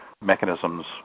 mechanisms